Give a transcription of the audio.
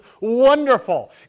wonderful